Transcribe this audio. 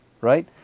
right